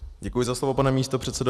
Děkuji za slovo, pane místopředsedo.